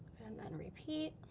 and then repeat.